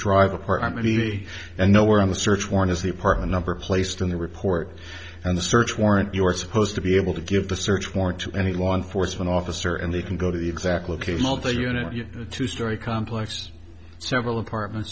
easy and no where on the search warrant is the apartment number placed in the report and the search warrant you're supposed to be able to give the search warrant to any law enforcement officer and they can go to the exact location of the unit two story complex several apartments